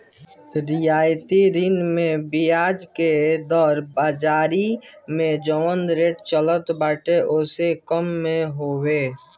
रियायती ऋण में बियाज के दर बाजारी में जवन रेट चलत बाटे ओसे कम होत हवे